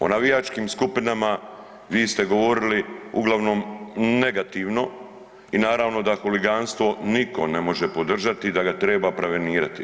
O navijačkim skupinama vi ste govorili uglavnom negativno i naravno da huliganstvo niko ne može podržati, da ga treba prevenirati.